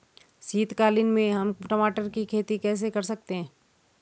शीतकालीन में हम टमाटर की खेती कैसे कर सकते हैं?